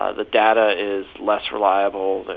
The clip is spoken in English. ah the data is less reliable,